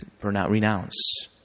renounce